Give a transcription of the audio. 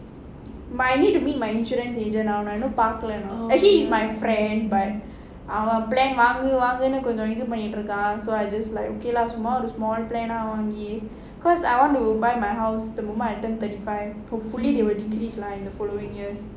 might need to meet my insurance agent now you know பார்க்கல:parkala actually he is my friend but our plan வாங்கு வாங்குனு இது பண்ணிட்டுருக்கான்:vangu vangunu idhu pannitrukaan so I just like okay lah small small plan வாங்கி:vaangi because I want to buy my house the moment I turn thirty five hopefully it will decrease lah in the following years